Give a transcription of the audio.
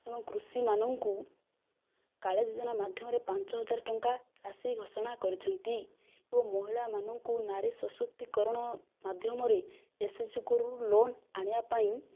ଏବଂ କୃଷି ମାନଙ୍କୁ କାଳିଆ ଯୋଜନା ମାଧ୍ୟମରେ ପାଞ୍ଚ ହଜାର ଟଙ୍କା ରାଶି ଘୋଷଣା କରିଛନ୍ତି ଓ ମହିଳାମାନଙ୍କୁ ନାରୀ ସଶକ୍ତି କରଣ ମାଧ୍ୟମରେ ଏସ୍ଏଚ୍ଜି ଗ୍ରୁପରୁ ଲୋନ୍ ଆଣିବା ପାଇଁ